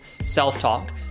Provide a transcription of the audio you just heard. self-talk